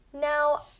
Now